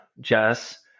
Jess